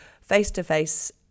face-to-face